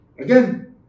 again